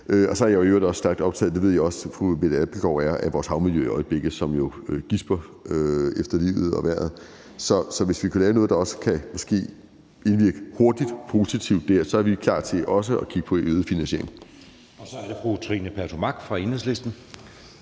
Og så er jeg i øvrigt også stærkt optaget af – det ved jeg også at fru Mette Abildgaard er – vores havmiljø i øjeblikket, som jo gisper efter livet og vejret. Så hvis vi kan lave noget, der måske også kan indvirke hurtigt og positivt dér, så er vi klar til også at kigge på øget finansiering. Kl. 19:10 Anden næstformand (Jeppe